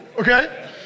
okay